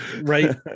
Right